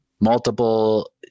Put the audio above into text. multiple